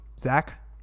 Zach